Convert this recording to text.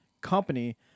company